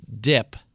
dip